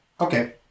Okay